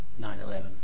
9-11